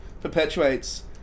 perpetuates